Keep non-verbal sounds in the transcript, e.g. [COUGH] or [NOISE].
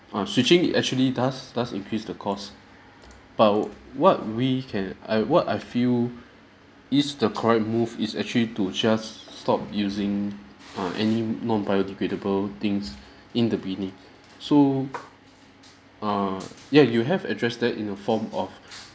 uh switching actually does does increase the cost but what we can I what I feel [BREATH] is the correct move is actually to just stop using uh any non-biodegradable things [BREATH] in the beginning so err ya you have addressed that in your form of [BREATH]